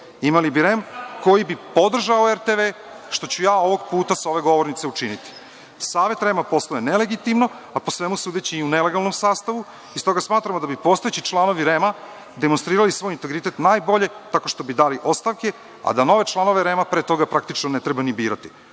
Imali bi REM koji bi podržao RTV, što ću ja ovog puta, sa ove govornice, učiniti. Savet REM-a posluje nelegitimno, a po svemu sudeći i u nelegalnom sastavu, i stoga smatramo da bi postojeći članovi REM-a demonstrirali svoj integritet najbolje tako što bi dali ostavke, a da nove članove REM-a pre toga praktično ne treba ni birati.